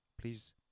Please